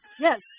Yes